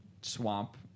swamp